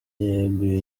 yeguye